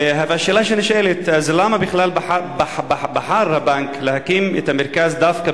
השאלה שנשאלת: אז למה בכלל בחר הבנק להקים את המרכז דווקא